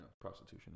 prostitution